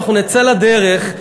אנחנו נצא לדרך,